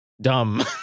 dumb